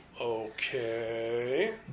Okay